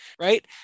right